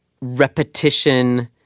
repetition